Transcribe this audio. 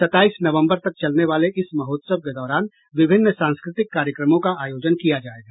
सत्ताईस नवंबर तक चलने वाले इस महोत्सव के दौरान विभिन्न सांस्कृतिक कार्यक्रमों का आयोजन किया जाएगा